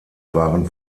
waren